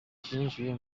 cyinjiye